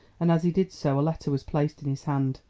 and as he did so a letter was placed in his hand.